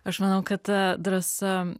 aš manau kad ta drąsa